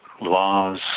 laws